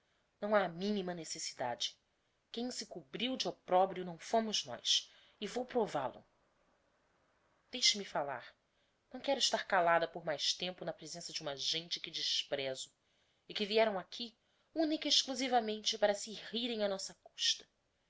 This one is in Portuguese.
não ha a minima necessidade quem se cobriu de opprobrio não fômos nós e vou provál o deixe-me falar não quero estar calada por mais tempo na presença de uma gente que desprézo e que vieram aqui unica e exclusivamente para se rirem á nossa custa